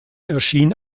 erschien